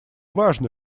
важно